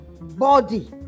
body